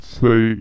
say